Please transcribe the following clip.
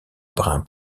brun